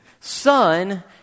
Son